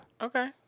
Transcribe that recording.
Okay